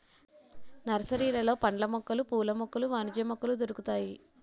నర్సరీలలో పండ్ల మొక్కలు పూల మొక్కలు వాణిజ్య మొక్కలు దొరుకుతాయి